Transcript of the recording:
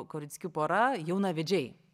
korickių pora jaunavedžiai